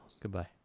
Goodbye